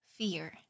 Fear